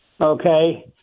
Okay